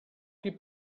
qui